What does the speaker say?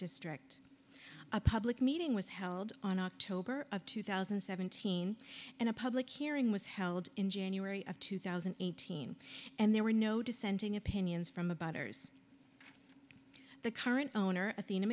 district a public meeting was held on october of two thousand and seventeen and a public hearing was held in january of two thousand and eighteen and there were no dissenting opinions from about hers the current owner athena